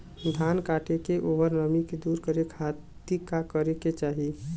धान कांटेके ओकर नमी दूर करे खाती का करे के चाही?